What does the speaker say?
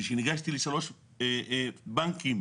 כשניגשתי לשלושה בנקים